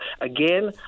again